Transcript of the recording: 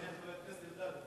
חבר הכנסת אלדד,